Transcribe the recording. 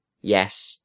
Yes